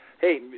hey